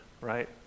right